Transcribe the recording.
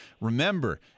remember –